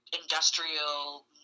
industrial